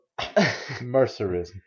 Mercerism